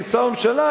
כשר בממשלה,